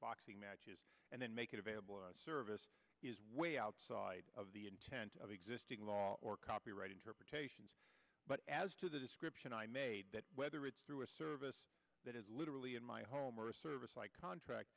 boxing matches and then make it available service is way outside of the intent of existing law or copyright interpretations but as to the description i made that whether it's through a service that is literally in my home or a service i contract